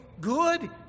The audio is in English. good